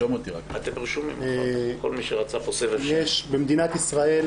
יש במדינת ישראל,